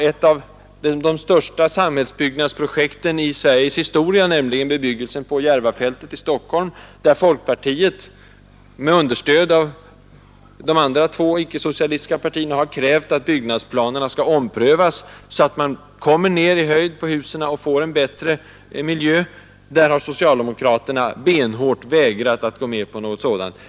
Ett av de största samhällsbyggnadsprojekten i Sveriges historia är bebyggelsen av Järvafältet i Stockholm. Där har folkpartiet, med understöd av de två andra icke socialistiska partierna, krävt att byggnadsplanerna skall omprövas så att husen kommer ned i höjd och man får en bättre miljö. Socialdemokraterna har emellertid benhårt vägrat att gå med på något sådant.